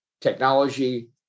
technology